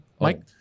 Mike